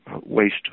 waste